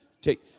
Take